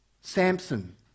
Samson